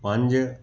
ਪੰਜ